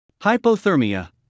Hypothermia